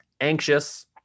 anxious